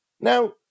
Now